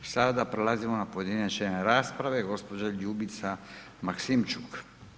Sada prelazimo na pojedinačne rasprave, gđa. Ljubica Maksimčuk.